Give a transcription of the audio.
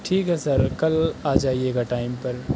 ٹھیک ہے سر کل آ جائیے گا ٹائم پر